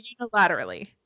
unilaterally